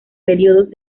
periodos